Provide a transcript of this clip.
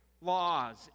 laws